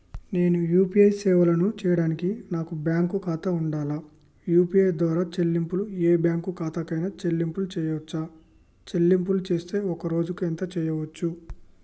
నేను యూ.పీ.ఐ సేవలను చేయడానికి నాకు బ్యాంక్ ఖాతా ఉండాలా? యూ.పీ.ఐ ద్వారా చెల్లింపులు ఏ బ్యాంక్ ఖాతా కైనా చెల్లింపులు చేయవచ్చా? చెల్లింపులు చేస్తే ఒక్క రోజుకు ఎంత చేయవచ్చు?